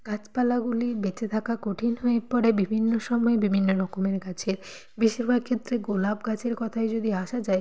গাছপালাগুলি বেঁচে থাকা কঠিন হয়ে পড়ে বিভিন্ন সময় বিভিন্ন রকমের গাছের বেশিরভাগ ক্ষেত্রে গোলাপ গাছের কথায় যদি আসা যায়